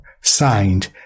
signed